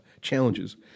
challenges